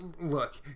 look